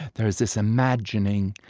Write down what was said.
there is this imagining,